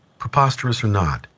preposterous or not,